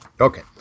Okay